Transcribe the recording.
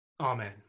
Amen